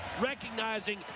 recognizing